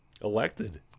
elected